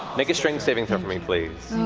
make a strength saving throw for me, please.